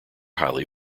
highly